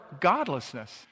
godlessness